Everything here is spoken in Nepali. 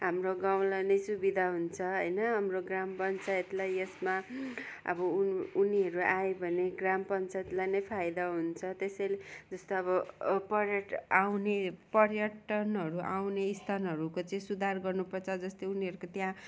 हाम्रो गाउँलाई नै सुविधा हुन्छ होइन हाम्रो ग्राम पञ्चायतलाई यसमा अब उन् उनीहरू आयो भने ग्राम पञ्चायतलाई नै फाइदा हुन्छ त्यसैले जस्तो अब पर्य आउने पर्यटनहरू आउने स्थानहरूको चाहिँ सुधार गर्नुपर्छ जस्तै उनीहरूको त्यहाँ